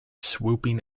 swooping